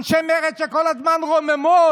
אנשי מרצ, שכל הזמן רוממות